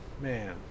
man